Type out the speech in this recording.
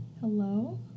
Hello